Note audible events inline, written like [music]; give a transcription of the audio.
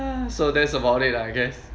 [laughs] so that's about it lah I guess